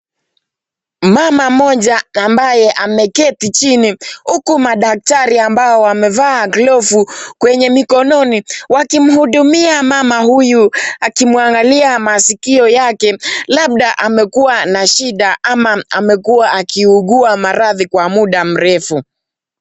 Mama mmoja ambaye ameketi chini huku madaktari ambao wamevaa glovu kwenye mikononi wakimhudumia mama huyu akimwangalia masikio yake labda amekuwa na shida ama amekuwa akiugua maradhi kwa muda mrefu.